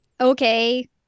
Okay